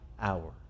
hour